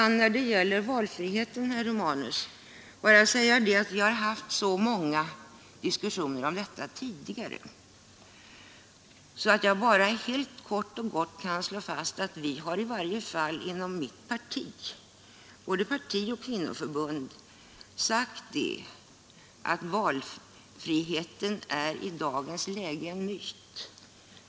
När det gäller valfriheten, herr Romanus, kan jag bara säga att vi har haft så många diskussioner om detta tidigare att jag kort och gott vill notera att vi inom mitt parti — både parti och kvinnoförbund — har sagt att valfriheten i dagens läge är en myt.